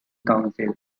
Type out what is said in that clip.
council